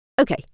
Okay